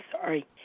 sorry